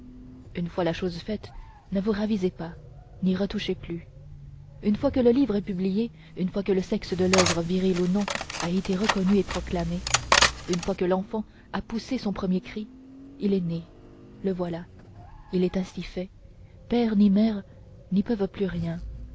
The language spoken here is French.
une fois la chose faite ne vous ravisez pas n'y retouchez plus une fois que le livre est publié une fois que le sexe de l'oeuvre virile ou non a été reconnu et proclamé une fois que l'enfant a poussé son premier cri il est né le voilà il est ainsi fait père ni mère n'y peuvent plus rien